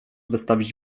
wystawić